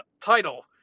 title